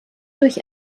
durch